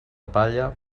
palla